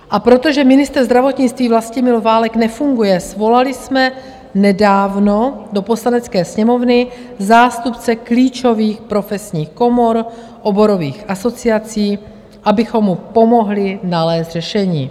A protože ministr zdravotnictví Vlastimil Válek nefunguje, svolali jsme nedávno do Poslanecké sněmovny zástupce klíčových profesních komor, oborových asociací, abychom mu pomohli nalézt řešení.